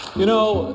you know,